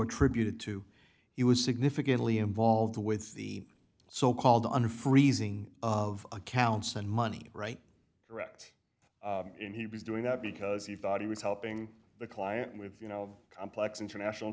attributed to he was significantly involved with the so called under freezing of accounts and money right correct and he was doing that because he thought he was helping the client with you know of complex international